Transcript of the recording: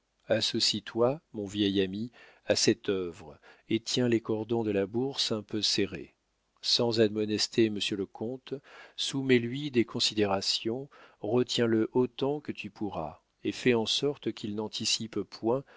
à prendre d'autres mesures associe toi mon vieil ami à cette œuvre et tiens les cordons de la bourse un peu serrés sans admonester monsieur le comte soumets lui des considérations retiens le autant que tu pourras et fais en sorte qu'il n'anticipe point